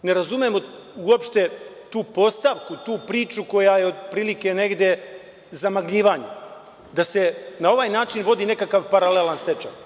Ne razumem uopšte tu postavku, tu priču koja je negde zamagljivanje, da se na ovaj način vodi nekakav paralelan stečaj.